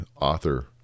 author